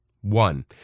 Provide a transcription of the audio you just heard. One